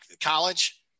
college